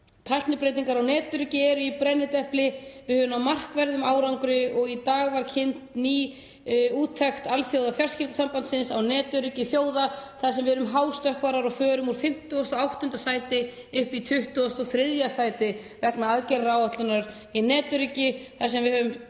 Tæknibreytingar og netöryggi eru í brennidepli. Við höfum náð markverðum árangri og í dag var kynnt ný úttekt Alþjóðafjarskiptasambandsins á netöryggi þjóða þar sem við erum hástökkvarar og förum úr 58. sæti upp í 23. sæti vegna aðgerðaáætlunar í netöryggi þar sem við höfum